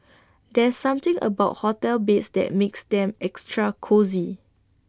there's something about hotel beds that makes them extra cosy